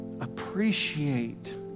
appreciate